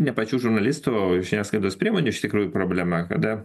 ne pačių žurnalistų o žiniasklaidos priemonių iš tikrųjų problema kada